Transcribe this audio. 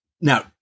Now